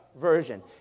version